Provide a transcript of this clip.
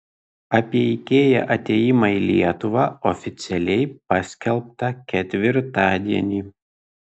apie ikea atėjimą į lietuvą oficialiai paskelbta ketvirtadienį